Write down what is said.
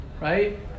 right